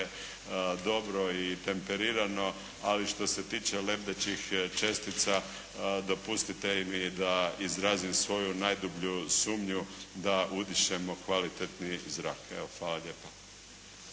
dobro i temperirano, ali što se tiče lebdećih čestica dopustite mi da izrazim svoju najdublju sumnju da udišemo kvalitetni zrak. Hvala lijepo.